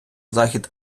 захід